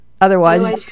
otherwise